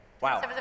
Wow